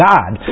God